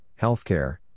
healthcare